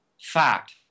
Fact